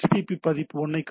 பதிப்பு 1 ஐக் காட்டுகிறது